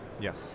Yes